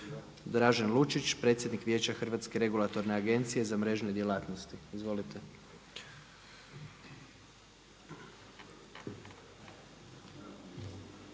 Dražen Lučić predsjednik Vijeća Hrvatske regulatorne agencije za mrežne djelatnosti. Izvolite.